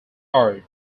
art